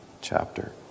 chapter